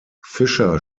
fischer